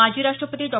माजी राष्ट्रपती डॉ